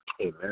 Amen